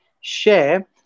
share